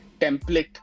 template